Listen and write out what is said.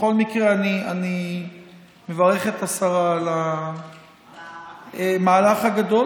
בכל מקרה, אני מברך את השרה על המהלך הגדול.